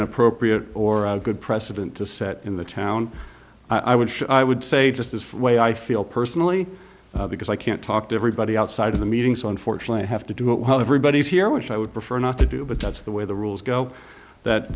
an appropriate or a good precedent to set in the town i would i would say just as for the way i feel personally because i can't talk to everybody outside of the meeting so unfortunately i have to do it while everybody is here which i would prefer not to do but that's the way the rules go that